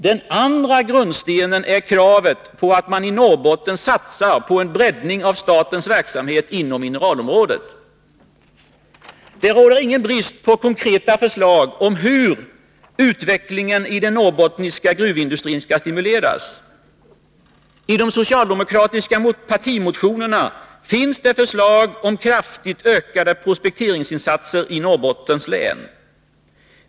Den andra grundstenen är kravet att man i Norrbotten satsar på en breddning av statens verksamhet inom mineralområdet. Det råder ingen brist på konkreta förslag om hur utvecklingen i den norrbottniska gruvindustrin skall stimuleras. I de socialdemokratiska partimotionerna finns det förslag om kraftigt ökade prospekteringsinsatser i Norrbottens län.